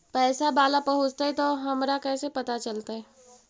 पैसा बाला पहूंचतै तौ हमरा कैसे पता चलतै?